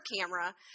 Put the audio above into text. camera